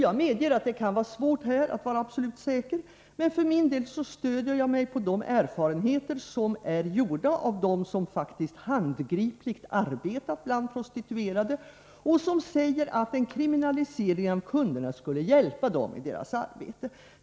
Jag medger att det kan vara svårt att vara absolut säker, men för min del stöder jag mig på de erfarenheter som är gjorda av dem som faktiskt handgripligt arbetat bland prostituerade och som säger att en kriminalisering av kunderna skulle hjälpa dem i deras arbete.